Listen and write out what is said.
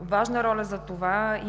Важна роля за това